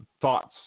thoughts